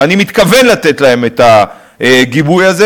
ואני מתכוון לתת להם את הגיבוי הזה,